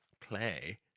play